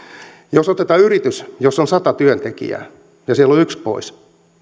jos otetaan yritys jossa on sata työntekijää ja siellä on yksi pois